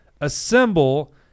assemble